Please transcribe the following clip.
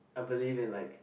I believe in like